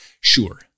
Sure